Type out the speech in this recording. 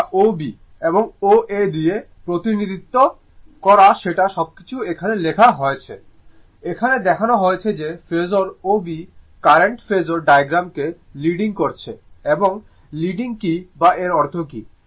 যেটা O B এবং O A দিয়ে প্রতিনিধিত্ব করে সেটা সবকিছু এখানে লেখা হয়েছে এখানে দেখানো হয়েছে যে phasor O B current phasor ডায়াগ্রামকে লিডিং করছে যে লিডিং কী বা এর অর্থ কী